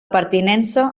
pertinença